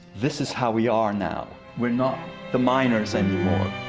this is how we are now. we're not the miners any more.